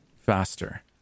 faster